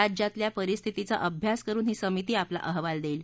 राज्यातल्या परिस्थितीचा अभ्यास करुन ही समिती आपला अहवाल देईल